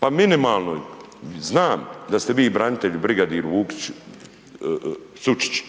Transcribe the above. Pa minimalno, znam da ste vi branitelj, brigadir Vukić, Sučić,